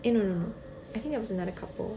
eh no no no I think there was another couple